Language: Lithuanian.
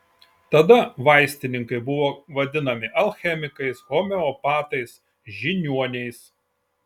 tada vaistininkai buvo vadinami alchemikais homeopatais žiniuoniais